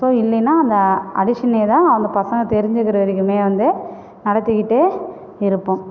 so இல்லேன்னா அந்த அடிஷனையே தான் அந்த பசங்கள் தெரிஞ்சிக்கிற வரைக்கும் வந்து நடத்திக்கிட்டு இருப்போம்